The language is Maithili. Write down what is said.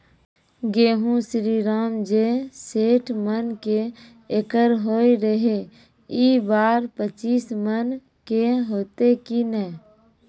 गेहूँ श्रीराम जे सैठ मन के एकरऽ होय रहे ई बार पचीस मन के होते कि नेय?